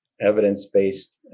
evidence-based